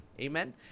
Amen